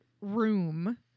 room